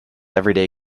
everyday